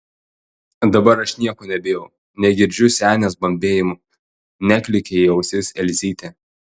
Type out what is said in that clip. dabar aš nieko nebijau negirdžiu senės bambėjimų neklykia į ausis elzytė